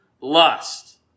lust